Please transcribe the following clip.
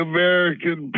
American